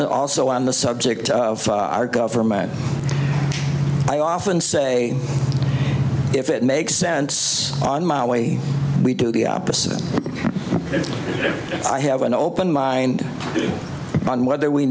the also on the subject of our government i often say if it makes sense on my way we do the opposite and i have an open mind on whether we